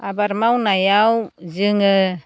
आबाद मावनायाव जोङो